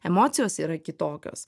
emocijos yra kitokios